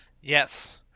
Yes